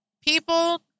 People